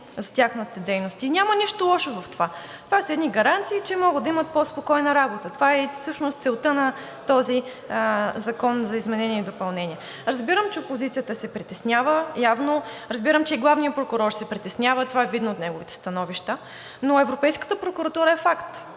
за тяхната дейност, и няма нищо лошо в това, това са едни гаранции, че могат да имат по-спокойна работа, това е и целта на този закон за изменение и допълнение. Разбирам, че опозицията се притеснява, разбирам, че главният прокурор се притеснява, това е видно от неговите становища, но Европейската прокуратура е факт